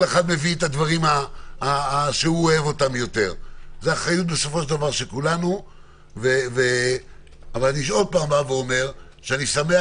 זאת אחריות של כולנו ואני שוב אומר שאני שמח